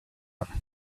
him